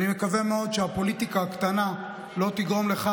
אני מקווה מאוד שהפוליטיקה הקטנה לא תגרום לך,